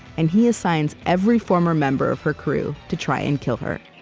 and he assigns every former member of her crew to try and kill her